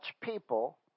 people